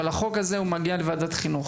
אבל החוק הזה הוא מגיע לוועדת חינוך